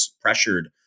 pressured